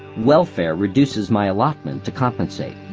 welfare reduces my allotment to compensate.